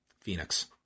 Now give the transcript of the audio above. Phoenix